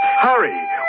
Hurry